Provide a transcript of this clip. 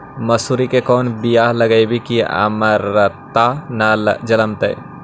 मसुरी के कोन बियाह लगइबै की अमरता न जलमतइ?